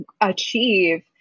achieve